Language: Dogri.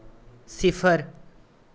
सिफर